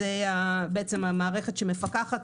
זאת בעצם המערכת שמפקחת,